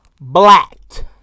Blacked